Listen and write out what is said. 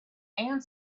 and